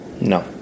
No